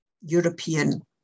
European